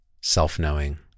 Self-knowing